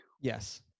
Yes